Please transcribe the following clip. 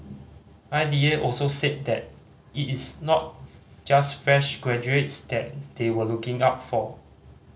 I D A also said that it is not just fresh graduates that they were looking out for